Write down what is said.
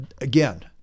Again